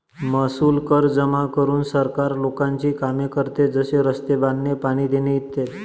महसूल कर जमा करून सरकार लोकांची कामे करते, जसे रस्ते बांधणे, पाणी देणे इ